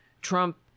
trump